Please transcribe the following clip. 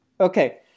Okay